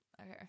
Okay